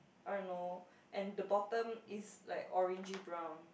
uh and the bottom is like orangey brown